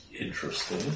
Interesting